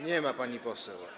Nie ma pani poseł.